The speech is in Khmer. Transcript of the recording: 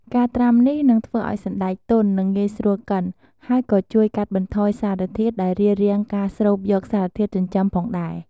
ការត្រាំនេះនឹងធ្វើឱ្យសណ្តែកទន់ និងងាយស្រួលកិន ហើយក៏ជួយកាត់បន្ថយសារធាតុដែលរារាំងការស្រូបយកសារធាតុចិញ្ចឹមផងដែរ។